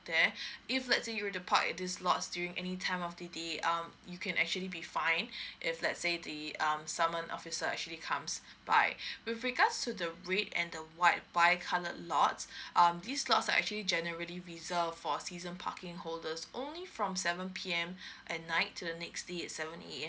there if let's say you were to parked at these lots during any time of the day um you can actually be fine if let's say the um summon officer actually comes by with regards to the red and the white by colour lots um these lots are actually generally reserved for season parking holders only from seven P_M at night to the next day at seven A_M